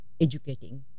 educating